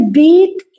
beat